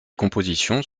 compositions